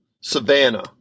Savannah